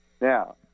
Now